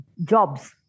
Jobs